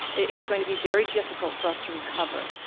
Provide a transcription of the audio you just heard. it's going to be very difficult for us to recover.